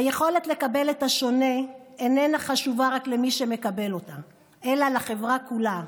היכולת לקבל את השונה איננה חשובה רק למי שמקבל אותה אלא לחברה כולה.